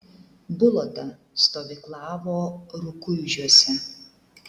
bulota stovyklavo rukuižiuose